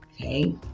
okay